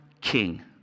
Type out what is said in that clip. king